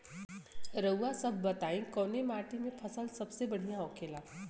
रउआ सभ बताई कवने माटी में फसले सबसे बढ़ियां होखेला?